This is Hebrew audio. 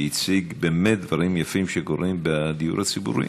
שהציג באמת דברים יפים שקורים בדיור הציבורי,